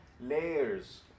layers